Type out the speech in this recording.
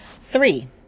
Three